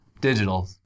digital